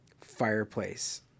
fireplace